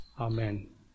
Amen